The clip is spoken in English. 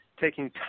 taking